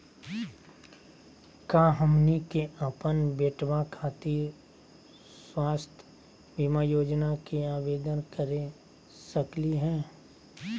का हमनी के अपन बेटवा खातिर स्वास्थ्य बीमा योजना के आवेदन करे सकली हे?